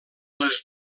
les